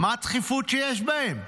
מה הדחיפות שיש בהם?